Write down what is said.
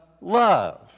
love